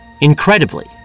Incredibly